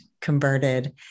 converted